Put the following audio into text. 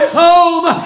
home